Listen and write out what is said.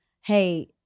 hey